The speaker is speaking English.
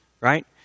right